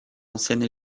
ancienne